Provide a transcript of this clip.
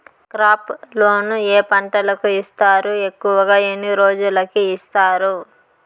crop loan ఏ పంటలకు ఇస్తారు ఎక్కువగా ఎన్ని రోజులకి ఇస్తారు